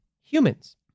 humans